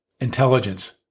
intelligence